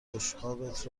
بشقابت